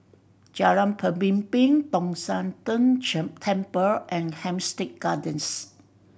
Jalan Pemimpin Tong Sian Tng Chen Temple and Hampstead Gardens